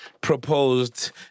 proposed